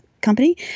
Company